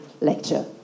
lecture